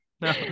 No